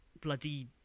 bloody